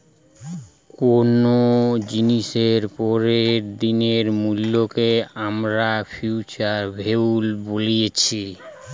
কুনো জিনিসের পরের দিনের মূল্যকে আমরা ফিউচার ভ্যালু বলছি